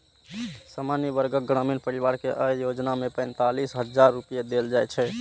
सामान्य वर्गक ग्रामीण परिवार कें अय योजना मे पैंतालिस हजार रुपैया देल जाइ छै